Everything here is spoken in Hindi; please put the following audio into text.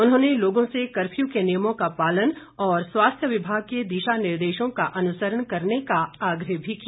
उन्होंने लोगों से कर्फ्यू के नियमों का पालन और स्वास्थ्य विभाग के दिशा निर्देशों का अनुसरण करने का आग्रह भी किया